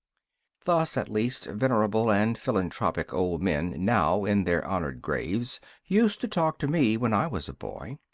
thus, at least, venerable and philanthropic old men now in their honoured graves used to talk to me when i was a boy.